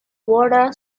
water